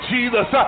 Jesus